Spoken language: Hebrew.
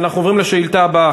אנחנו עוברים לשאילתה הבאה.